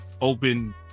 open